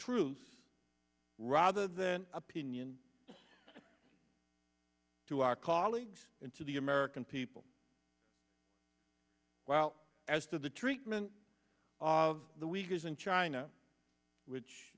truth rather than opinion to our colleagues in to the american people well as to the treatment of the weavers in china which